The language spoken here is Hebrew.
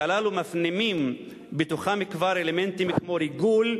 והללו מפנימים בתוכם כבר אלמנטים כמו ריגול,